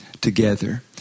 together